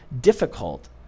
difficult